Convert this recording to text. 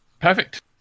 Perfect